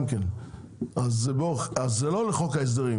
זה לא לחוק ההסדרים,